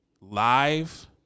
Live